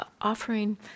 offering